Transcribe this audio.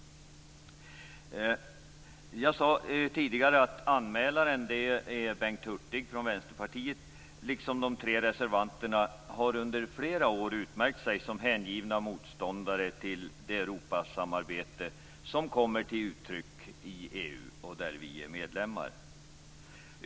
Jag sade tidigare att anmälaren Bengt Hurtig från Vänsterpartiet liksom de tre reservanterna under flera år har utmärkt sig som hängivna motståndare till det Europasamarbete som kommer till uttryck i EU och där vi är medlemmar.